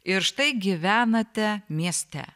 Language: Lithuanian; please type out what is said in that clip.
ir štai gyvenate mieste